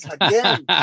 again